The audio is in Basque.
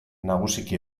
nagusiki